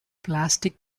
plastic